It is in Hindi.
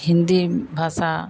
हिन्दी भाषा